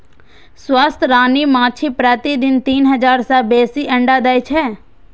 स्वस्थ रानी माछी प्रतिदिन तीन हजार सं बेसी अंडा दै छै